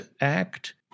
Act